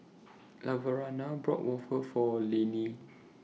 Laverna bought Waffle For Laney